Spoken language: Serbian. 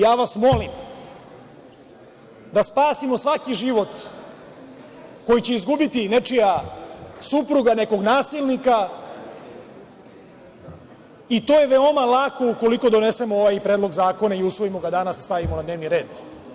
Ja vas molim da spasimo svaki život koji će izgubiti nečija supruga, nekog nasilnika, i to je veoma lako ukoliko donesemo ovaj Predlog zakona i usvojimo ga danas i stavimo na dnevni red.